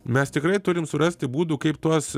mes tikrai turim surasti būdų kaip tuos